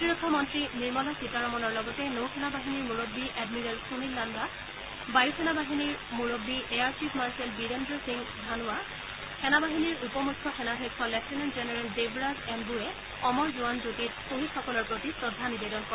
প্ৰতিৰক্ষা মন্ত্ৰী নিৰ্মলা সীতাৰমণৰ লগতে নৌ সেনা বিভাগৰ মূৰব্বী এডমিৰেল সুনীল লান্বা বায়ু সেনা বাহিনীৰ মূৰব্বী air chief marshal Birender Singh Dhanoa সেনা বিভাগৰ উপ মুখ্য সেনাধ্যক্ষ লেফটেনেণ্ট জেনেৰেল দেৱৰাজ এনবুৱে অমৰ জোৱান জ্যোতিত ছহিদসকলৰ প্ৰতি শ্ৰদ্ধা নিবেদন কৰে